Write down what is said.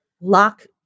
lock